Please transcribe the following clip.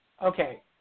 Okay